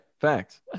facts